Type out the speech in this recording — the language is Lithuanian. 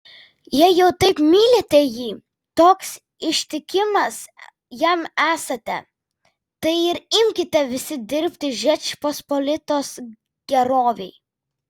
jei jau taip mylite jį toks ištikimas jam esate tai ir imkite visi dirbti žečpospolitos gerovei